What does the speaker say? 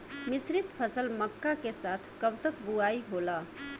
मिश्रित फसल मक्का के साथ कब तक बुआई होला?